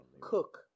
Cook